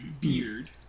beard